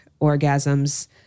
orgasms